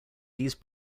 these